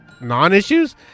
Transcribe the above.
non-issues